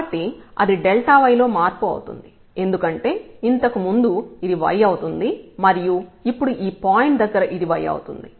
కాబట్టి అది y లో మార్పు అవుతుంది ఎందుకంటే ఇంతకు ముందు ఇది y అవుతుంది మరియు ఇప్పుడు ఈ పాయింట్ దగ్గర ఇది y అవుతుంది